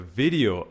video